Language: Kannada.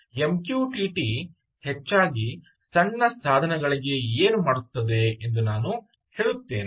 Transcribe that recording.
ಎಂ ಕ್ಯೂ ಟಿ ಟಿ ಹೆಚ್ಚಾಗಿ ಸಣ್ಣ ಸಾಧನಗಳಿಗೆ ಏನು ಮಾಡುತ್ತದೆ ಎಂದು ನಾನು ಹೇಳುತ್ತೇನೆ